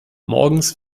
morgens